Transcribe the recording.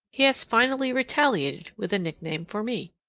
he has finally retaliated with a nickname for me.